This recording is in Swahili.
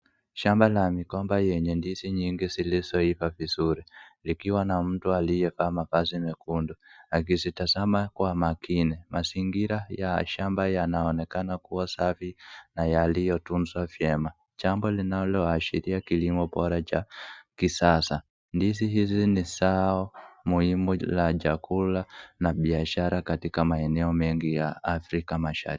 Shamba ya migomba yenye ndizi mingi zilizoivaa vizuri likiwa na mtu aliyevaa mavazi mekundu akizitazama kwa makini. Mazingira ya shamba yanaonekana kuwa safi na yaliyotunzwa viema jambo linalo ashiria kilimo bora cha kisasa. Ndizi hizi ni zao muhimu la chakula na biashara katika maeneo mengi ya Afrika mashariki.